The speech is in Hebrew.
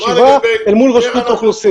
ישיבה אל מול רשות האוכלוסין,